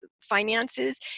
finances